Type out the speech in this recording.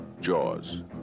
Jaws